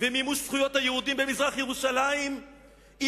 ומימוש זכויות היהודים במזרח-ירושלים היא